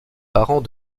parents